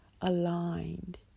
aligned